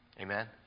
Amen